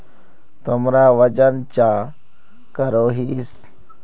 तुमरा वजन चाँ करोहिस?